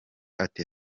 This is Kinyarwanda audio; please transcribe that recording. ati